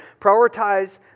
Prioritize